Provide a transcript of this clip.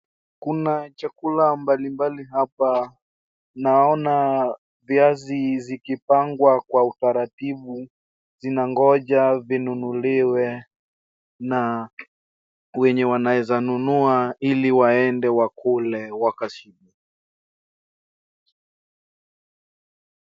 Kuna chakula mbalimbali hapa. Naona viazi zikipangwa kwa utaratibu zinangoja vinunuliwe na wenye wanaeza nunua ili waende wakule wakashibe.